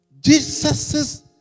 Jesus